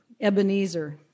Ebenezer